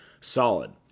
Solid